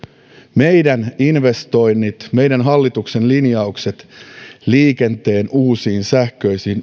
meidän investoinnit meidän hallituksen linjaukset liikenteen uusiin sähköisiin